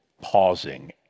pausing